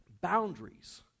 Boundaries